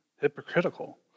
hypocritical